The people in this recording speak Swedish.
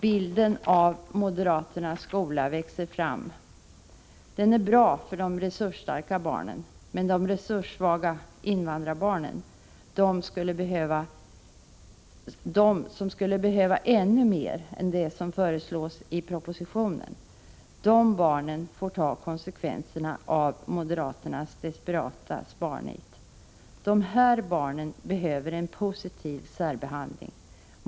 Bilden av moderaternas skola växer fram: den är bra för de resursstarka barnen. Men de resurssvaga invandrarbarnen — de som skulle behöva ännu mer än det som föreslås i propositionen — får ta konsekvenserna av moderaternas desperata sparnit. De här barnen behöver en positiv särbehandling.